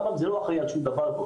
רמב"ם לא אחראי על שום דבר,